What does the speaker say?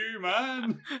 man